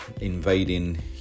invading